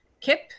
kip